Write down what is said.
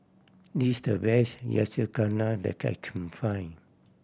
this is the best Yakizakana that I can find